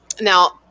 now